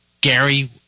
Gary